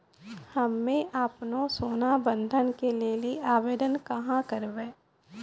हम्मे आपनौ सोना बंधन के लेली आवेदन कहाँ करवै?